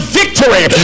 victory